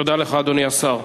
תודה לך, אדוני השר.